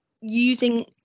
using